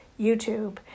YouTube